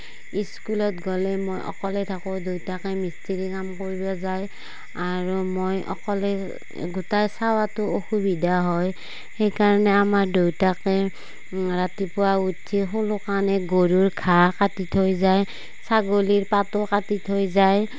স্কুলত গ'লে মই অকলে থাকো দেউতাকে মিস্ত্ৰী কাম কৰিব যায় আৰু মই অকলে গোটেই চাৱাতো অসুবিধা হয় সেই কাৰণে আমাৰ দেউতাকে ৰাতিপুৱা উঠি সোনকালে গৰুৰ ঘা কাটি থৈ যায় ছাগলীৰ পাতো কাটি থৈ যায়